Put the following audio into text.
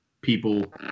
people